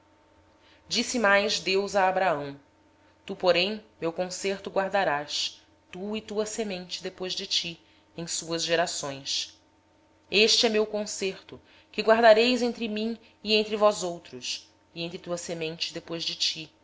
disse mais deus a abraão ora quanto a ti guardarás o meu pacto tu e a tua descendência depois de ti nas suas gerações este é o meu pacto que guardareis entre mim e vós e a tua descendência depois de ti